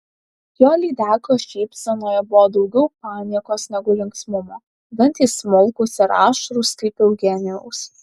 jo lydekos šypsenoje buvo daugiau paniekos negu linksmumo dantys smulkūs ir aštrūs kaip eugenijaus